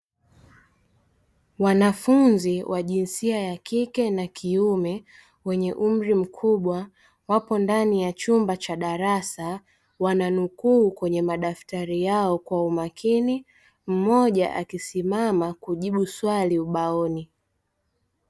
Wanafunzi wa jinsia ya kike na kiume, wenye umri mkubwa wapo ndani ya chumba cha darasa, wananukuu kwenye madaftari yao kwa umakini, mmoja akisimama kujibu swali ubaoni.